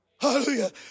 Hallelujah